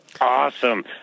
awesome